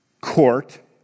court